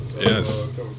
Yes